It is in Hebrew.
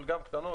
אבל גם קטנות,